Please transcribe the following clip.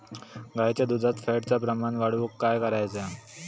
गाईच्या दुधात फॅटचा प्रमाण वाढवुक काय करायचा?